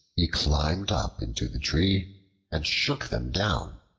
he climbed up into the tree and shook them down.